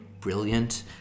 brilliant